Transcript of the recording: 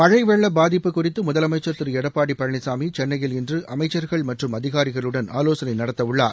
மழை வெள்ள பாதிப்பு குறித்து முதலமைச்சர் திரு எடப்பாடி பழனிசாமி சென்னையில் இன்று அமைச்சர்கள் மற்றும் அதிகாரிகளுடன் ஆலோசனை நடத்தவுள்ளார்